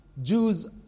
Jews